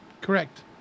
Correct